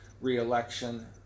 re-election